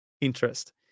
interest